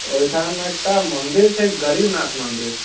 तऽ ओहिठाम एकटा मन्दिर छै गरीबनाथ मन्दिर